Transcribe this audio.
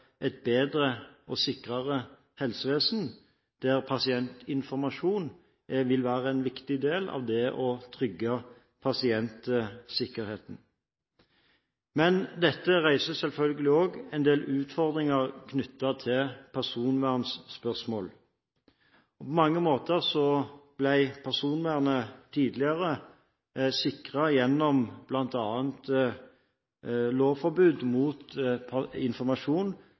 et bedre og sikrere helsevesen der pasientinformasjon vil være en viktig del av det å trygge pasientsikkerheten. Men dette reiser selvfølgelig også en del utfordringer knyttet til personvernspørsmål. På mange måter ble personvernet tidligere sikret gjennom bl.a. lovforbud mot informasjon